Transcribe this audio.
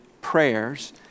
prayers